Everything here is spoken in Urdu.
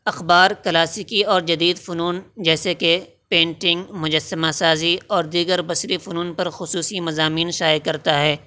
اخبار کلاسیکی اور جدید فنون جیسے کہ پینٹنگ مجسمہ سازی اور دیگر بصری فنون پر خصوصی مضامین شائع کرتا ہے